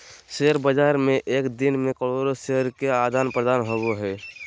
share बाज़ार में एक दिन मे करोड़ो शेयर के आदान प्रदान होबो हइ